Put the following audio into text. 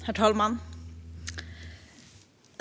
Herr talman!